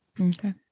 Okay